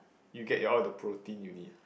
you get all the protein you need